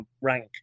rank